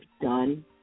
done